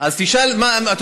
אתה יודע מה?